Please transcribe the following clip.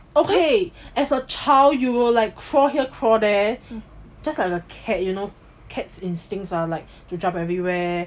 okay as a child you will like crawl here crawl there just like a cat you know cat instincts are like jump everywhere